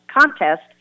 contest